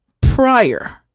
prior